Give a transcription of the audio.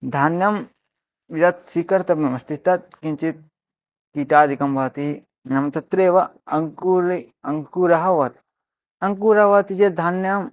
धान्यं यत् स्वीकर्तव्यमस्ति तद् किञ्चित् कीटादिकं भवति नाम तत्रैव अङ्कुरितः अङ्कुरः वत् अङ्कुरः भवति चेत् धान्यम्